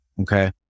Okay